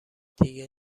دیگه